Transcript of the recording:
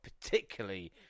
particularly